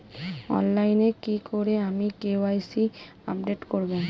অনলাইনে কি করে আমি কে.ওয়াই.সি আপডেট করব?